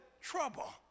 trouble